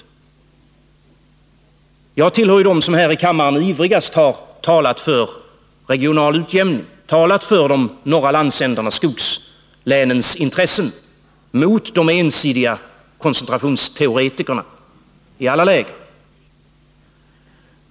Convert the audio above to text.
Jag tillhör dem som här i kammaren ivrigast har talat för regional utjämning, för de norra landsändarnas och skogslänens intressen mot de ensidiga koncentrationsteoretikerna i alla län.